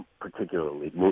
particularly